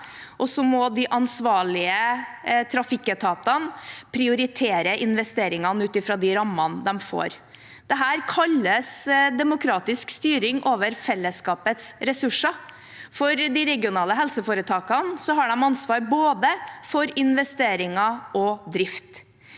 må de ansvarlige trafikketatene prioritere investeringene ut fra de rammene de får. Dette kalles demokratisk styring over fellesskapets ressurser. For de regionale helseforetakene har ansvaret for både investeringer og drift.